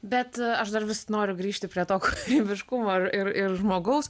bet aš dar vis noriu grįžti prie to kūrybiškumo ar ir ir žmogaus